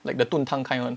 like the 炖汤 kind [one]